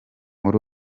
muri